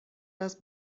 است